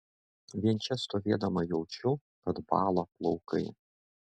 vien čia stovėdama jaučiu kad bąla plaukai